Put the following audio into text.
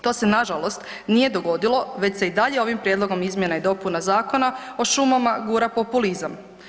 To se na žalost nije dogodilo već se i dalje ovim Prijedlogom izmjena i dopuna Zakona o šumama gura populizam.